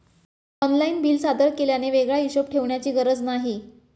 online bill सादर केल्याने वेगळा हिशोब ठेवण्याची गरज नाही